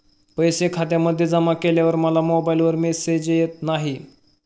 पैसे खात्यामध्ये जमा केल्यावर मला मोबाइलवर मेसेज येत नाही?